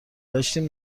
داشتیم